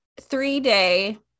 three-day